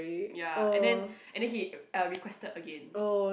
ya and then and then he uh requested again